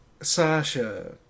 Sasha